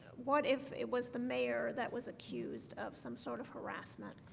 what if it was the mayor that was accused of some sort of harassment?